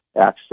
access